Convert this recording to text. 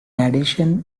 addition